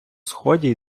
сході